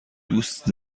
دوست